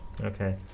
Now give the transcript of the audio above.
Okay